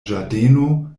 ĝardeno